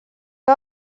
que